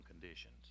conditions